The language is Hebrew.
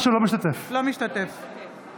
בהצבעה